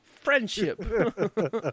Friendship